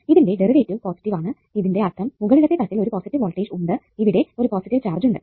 ഇതിന്റെ derivative positive ആണ് ഇതിന്റെ അർത്ഥം മുകളിലത്തെ തട്ടിൽ ഒരു പോസിറ്റീവ് വോൾടേജ് ഉണ്ട് ഇവിടെ ഒരു പോസിറ്റീവ് ചാർജ് ഉണ്ട്